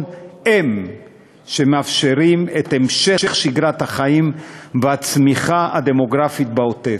הם שמאפשרים את המשך שגרת החיים והצמיחה הדמוגרפית בעוטף.